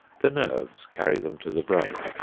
the nerves carry them to the brain.